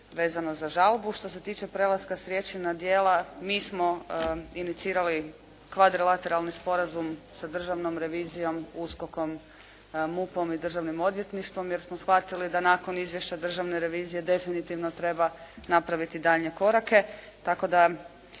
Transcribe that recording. vezano za žalbu. Što se tiče prelaska s riječi na djela mi smo inicirali kvadrilateralni sporazum sa državnom revizijom, USKOK-om, MUP-om i Državnim odvjetništvom jer smo shvatili da nakon izvješća Državne revizije definitivno treba napraviti daljnje korake